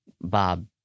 Bob